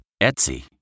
Etsy